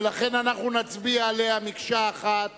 ולכן נצביע עליה כמקשה אחת